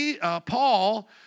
Paul